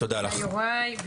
תודה, יוראי.